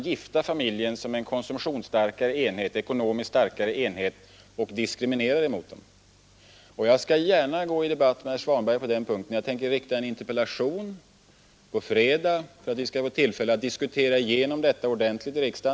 Jag skulle vilja fråga honom: Är det reaktionärt att inte vilja öka löneskatten för att på det viset få en högre sysselsättning?